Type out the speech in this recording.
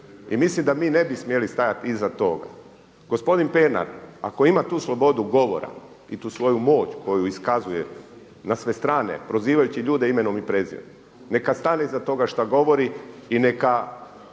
i mislim da mi ne bi smjeli stajati iza toga. Gospodin Pernar ako ima tu slobodu govora i tu svoju moć koju iskazuje na sve strane prozivajući ljude imenom i prezimenom neka stane iza toga što govori i neka